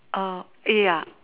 orh eh ya